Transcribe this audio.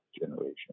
generation